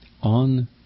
on